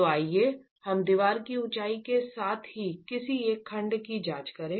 तो आइए हम दीवार की ऊंचाई के साथ ही किसी एक खंड की जांच करें